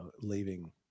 leaving